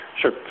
Sure